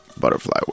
butterfly